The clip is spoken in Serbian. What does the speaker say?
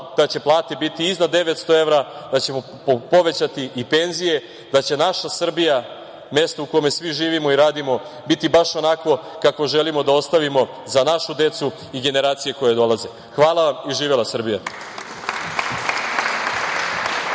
da će plate biti iznad 900 evra, da ćemo povećati i penzije, da će naša Srbija, mesto u kome svi živimo i radimo, biti baš onakvo kako želimo da ostavimo za našu decu i generacije koje dolaze. Hvala i živela Srbija.